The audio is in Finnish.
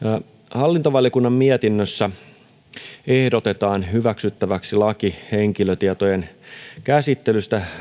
hallintovaliokunnan mietinnössä ehdotetaan hyväksyttäväksi laki henkilötietojen käsittelystä